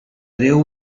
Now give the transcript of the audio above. déu